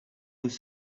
nous